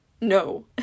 no